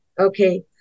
Okay